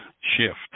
shift